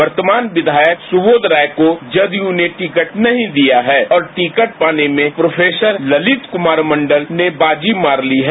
वर्तमान विधायक सुबोध राय को जदयू ने टिकट नहीं दिया है और टिकट पाने में प्रोफेसर ललित कुमार मंडल ने बाजी मार ली है